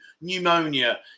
pneumonia